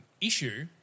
issue